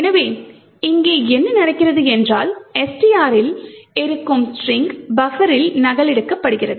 எனவே இங்கே என்ன நடக்கிறது என்றால் STR ரில் இருக்கும் ஸ்ட்ரிங் பஃபரில் நகலெடுக்கப்படுகிறது